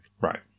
Right